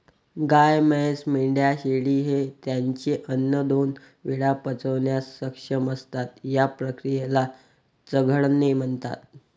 गाय, म्हैस, मेंढ्या, शेळी हे त्यांचे अन्न दोन वेळा पचवण्यास सक्षम असतात, या क्रियेला चघळणे म्हणतात